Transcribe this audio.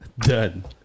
Done